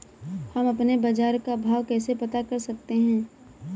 हम अपने बाजार का भाव कैसे पता कर सकते है?